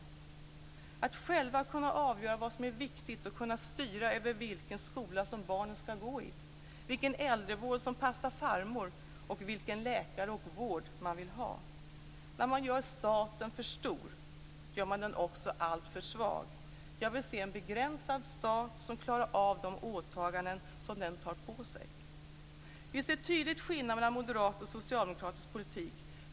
Människor skall själva kunna avgöra vad som är viktigt och kunna styra över vilken skola som barnen skall gå i, vilken äldrevård som passar farmor och vilken läkare och vård man vill ha. När man gör staten för stor gör man den också alltför svag. Jag vill se en begränsad stat som klarar av de åtaganden som den tar på sig. Vi ser tydligt skillnaden mellan moderat och socialdemokratisk politik.